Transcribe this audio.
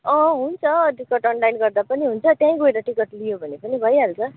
अँ हुन्छ ticket online गर्दा पनि हुन्छ त्यहीँ गएर टिकट लियो भने पनि भइहाल्छ